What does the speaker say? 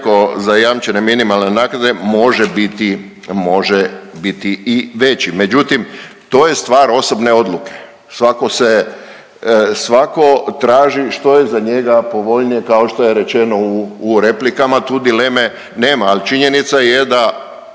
koji se odrekao ZMN-a, može biti i veći, međutim, to je stvar osobne odluke. Svatko se, svatko traži što je za njega povoljnije, kao što je rečeno u replikama, tu dileme nema, ali činjenica je da